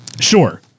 Sure